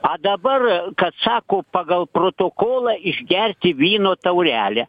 a dabar kad sako pagal protokolą išgerti vyno taurelę